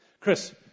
Chris